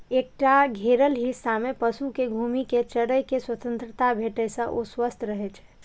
एकटा घेरल हिस्सा मे पशु कें घूमि कें चरै के स्वतंत्रता भेटै से ओ स्वस्थ रहै छै